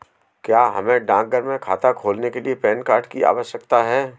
क्या हमें डाकघर में खाता खोलने के लिए पैन कार्ड की आवश्यकता है?